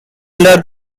under